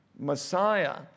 Messiah